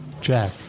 Jack